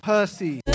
Percy